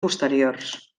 posteriors